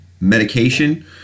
medication